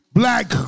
black